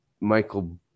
Michael